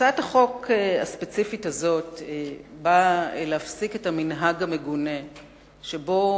הצעת החוק הספציפית הזאת באה להפסיק את המנהג המגונה שבו